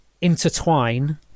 intertwine